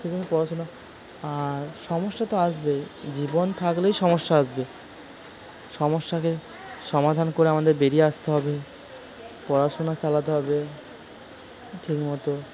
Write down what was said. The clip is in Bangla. সেজন্য পড়াশোনা আর সমস্যা তো আসবেই জীবন থাকলেই সমস্যা আসবে সমস্যাকে সমাধান করে আমাদের বেরিয়ে আসতে হবে পড়াশোনা চালাতে হবে ঠিক মতো